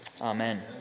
Amen